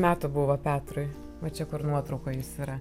metų buvo petrai vat čia nuotraukoj jis yra